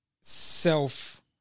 self